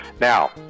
Now